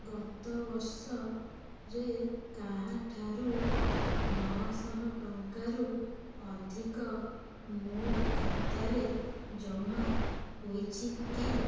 ଗତବର୍ଷରେ କାହାଠାରୁ ନଅଶହ ଟଙ୍କାରୁ ଅଧିକ ମୋ ଖାତାରେ ଜମା ହୋଇଛି କି